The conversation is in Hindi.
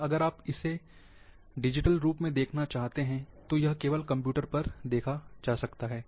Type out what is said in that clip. या अगर आप इसे डिजिटल रूप में देखना चाहते हैं तो यह केवल कंप्यूटर पर देखा जा सकता है